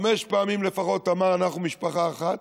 לפחות חמש פעמים אמר "אנחנו משפחה אחת",